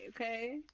okay